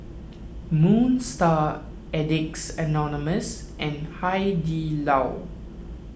Moon Star Addicts Anonymous and Hai Di Lao